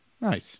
Nice